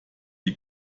die